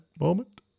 moment